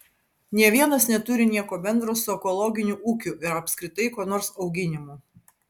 nė vienas neturi nieko bendra su ekologiniu ūkiu ar apskritai ko nors auginimu